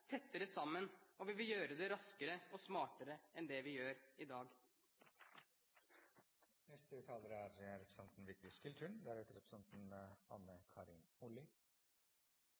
tettere sammen, og vi vil gjøre det raskere og smartere enn det vi gjør i dag. Regjeringen har gjennom trontalen gitt uttrykk for stor tilfredshet, og fortsetter en stø politisk kurs mot ukjent mål. Vi er